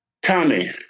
Tommy